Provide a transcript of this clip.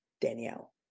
Danielle